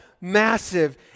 massive